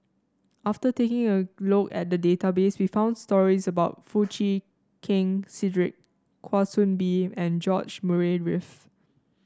after taking a look at database we found stories about Foo Chee Keng Cedric Kwa Soon Bee and George Murray Reith